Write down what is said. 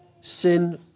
Sin